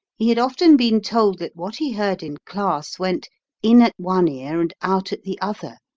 he had often been told that what he heard in class went in at one ear and out at the other,